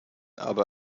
aber